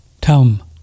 Tom